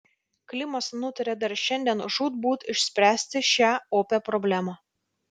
klimas nutarė dar šiandien žūtbūt išspręsti šią opią problemą